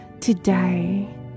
today